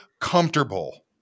comfortable